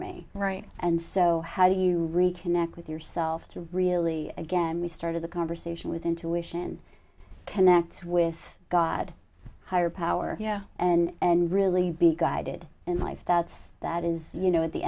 me right and so how do you reconnect with yourself to really again we started the conversation with intuition connects with god higher power yeah and really be guided in life that's that is you know at the